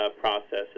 processes